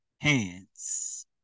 hands